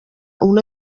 una